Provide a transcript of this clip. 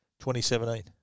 2017